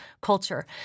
culture